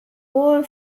wohl